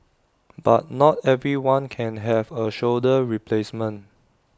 but not everyone can have A shoulder replacement